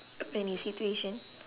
of any situation